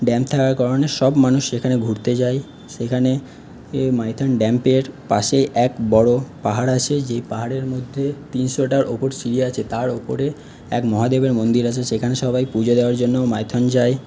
dam থাকার কারণে সব মানুষ সেখানে ঘুরতে যায় সেখানে মাইথন ড্যামের পাশেই এক বড়ো পাহাড় আছে যে পাহাড়ের মধ্যে তিনশোটার ওপর সিঁড়ি আছে তার ওপরে এক মহাদেবের মন্দির আছে সেইখানে সবাই পুজো দেওয়ার জন্যও মাইথন যায়